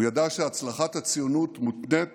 הוא ידע שהצלחת הציונות מותנית